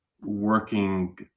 working